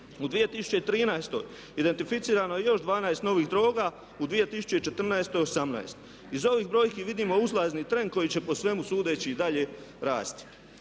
U 2013. identificirano je još 12 novih droga, u 2014. 18. Iz ovih brojki vidimo uzlazni trend koji će po svemu sudeći i dalje rasti.